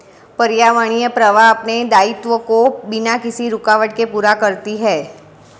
पर्यावरणीय प्रवाह अपने दायित्वों को बिना किसी रूकावट के पूरा करती है